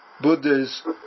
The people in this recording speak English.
Buddhas